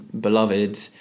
beloved